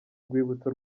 rwibutso